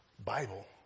Bible